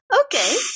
Okay